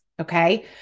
okay